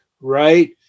right